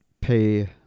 pay